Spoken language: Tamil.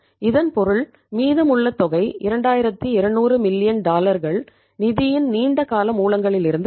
இதன் பொருள் மீதமுள்ள தொகை 2200 மில்லியன் நிதியின் நீண்ட கால மூலங்களிலிருந்து வரும்